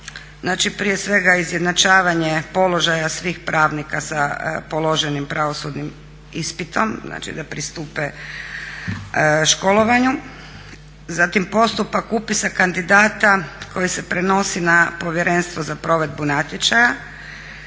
prije svega izjednačavanje položaja svih pravnika sa položenim pravosudnim ispitom, znači da pristupe školovanju, zatim postupak upisa kandidata koji se prenosi na Povjerenstvo za provedbu natječaja.